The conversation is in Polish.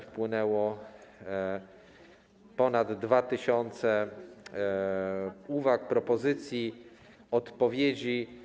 Wpłynęło ponad 2 tys. uwag, propozycji, odpowiedzi.